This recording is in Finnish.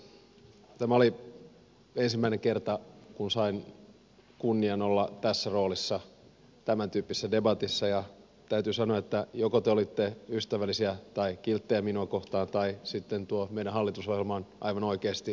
tämä oli ensimmäinen kerta kun sain kunnian olla tässä roolissa tämäntyyppisessä debatissa ja täytyy sanoa että joko te olitte ystävällisiä tai kilttejä minua kohtaan tai sitten tuo meidän hallitusohjelmamme on aivan oikeasti erinomainen